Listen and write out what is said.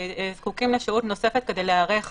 יש גורמים שזקוקים לשהות נוספת כדי להיערך